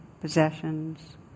possessions